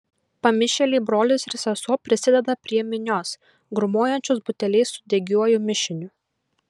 pamišėliai brolis ir sesuo prisideda prie minios grūmojančios buteliais su degiuoju mišiniu